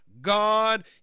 god